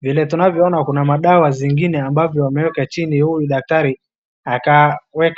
vile tunavyoona kuna madawa zingine ambavyo wameeka chini huyu daktari akaweka.